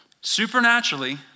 supernaturally